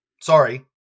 Sorry